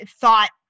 thought